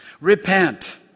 Repent